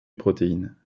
protéine